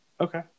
Okay